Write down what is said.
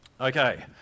Okay